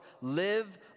Live